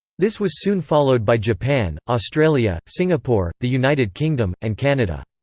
this was soon followed by japan, australia, singapore, the united kingdom, and canada.